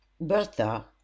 Bertha